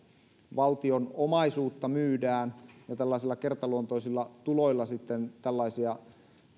valtion omaisuutta myydään ja tällaisilla kertaluonteisilla tuloilla sitten tällaisia